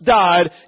died